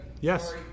yes